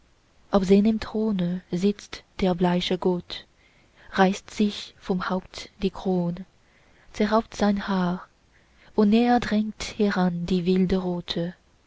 auf seinem throne sitzt der bleiche gott reißt sich vom haupt die krön zerrauft sein haar und näher drängt heran die wilde rotte